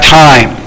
time